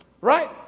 Right